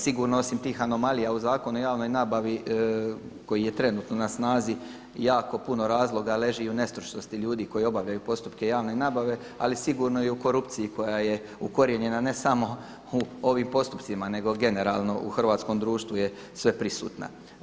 Sigurno osim tih anomalija u zakonu o javnoj nabavi koji je trenutno na snazi jako puno razloga leži u nestručnosti ljudi koji obavljaju postupke javne nabave, ali sigurno i u korupciji koja je ukorijenjena ne samo u ovim postupcima nego generalno u hrvatskom društvu je sve prisutna.